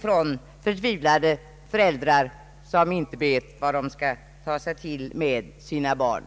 från förtvivlade föräldrar som inte vet vad de skall ta sig till för att hjälpa sina barn.